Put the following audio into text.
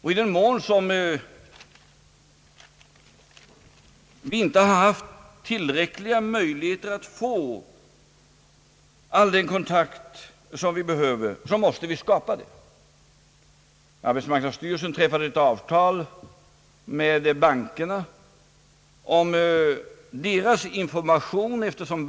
I den mån vi inte haft tillräckliga möjligheter att skapa all den kontakt som vi behöver, måste vi skapa sådana möjligheter.